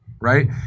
right